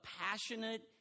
passionate